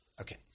Okay